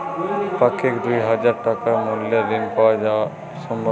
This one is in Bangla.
পাক্ষিক দুই হাজার টাকা মূল্যের ঋণ পাওয়া সম্ভব?